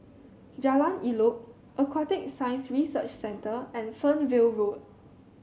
Jalan Elok Aquatic Science Research Centre and Fernvale Road